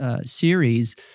series